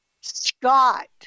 Scott